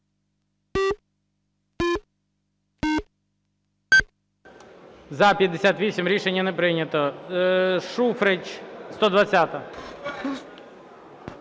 За-58 Рішення не прийнято. Шуфрич, 120-а.